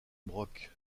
broc